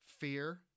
fear